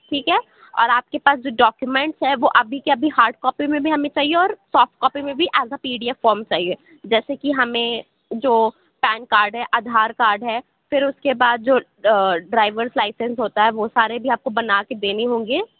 ٹھیک ہے اور آپ کے پاس جو ڈاکیومینٹس ہے وہ ابھی کے ابھی ہارڈ کاپی میں بھی ہمیں چاہیے اور سافٹ کاپی میں بھی as a P D F form چاہیے جیسےکہ ہمیں جو پین کارڈ ہے آدھار کارڈ ہے پھر اُس کے بعد جو ڈرائیورس لائسنس ہوتا ہے وہ سارے بھی آپ کو بنا کے دینے ہوں گے